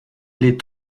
les